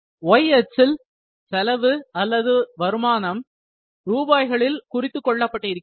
y அச்சில் செலவு அளவு வருமானம் ரூபாய்களில் குறித்து கொள்ளப்பட்டிருக்கிறது